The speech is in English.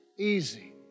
easy